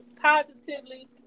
positively